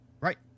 right